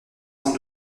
cent